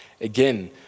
Again